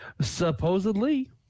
supposedly